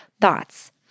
Thoughts